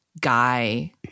guy